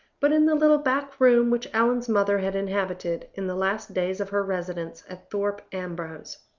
but in the little back room which allan's mother had inhabited in the last days of her residence at thorpe ambrose.